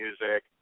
music